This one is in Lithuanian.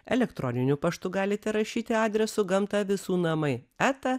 elektroniniu paštu galite rašyti adresu gamta visų namai eta